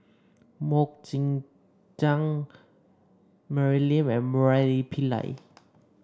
MoK Ying Jang Mary Lim and Murali Pillai